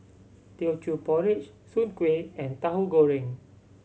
Teochew Porridge soon kway and Tahu Goreng